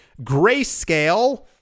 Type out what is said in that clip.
Grayscale